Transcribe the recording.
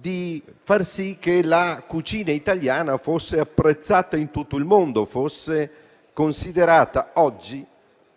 che la cucina italiana fosse apprezzata in tutto il mondo e fosse considerata oggi,